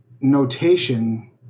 notation